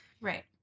Right